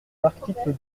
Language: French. l’article